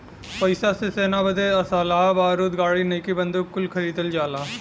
पइसा से सेना बदे असलहा बारूद गाड़ी नईकी बंदूक कुल खरीदल जाला